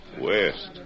West